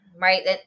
right